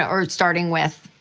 ah or starting with,